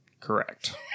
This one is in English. Correct